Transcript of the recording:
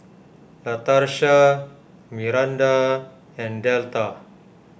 Latarsha Myranda and Delta